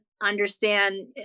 understand